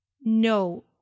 No